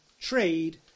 trade